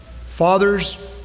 Fathers